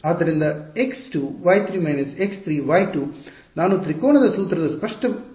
ಆದ್ದರಿಂದ x2y3 − x3y2 ನಾನು ತ್ರಿಕೋನ ಸೂತ್ರದ ಸ್ಪಷ್ಟ ಪ್ರದೇಶವನ್ನು ಬರೆಯುತ್ತೇನೆ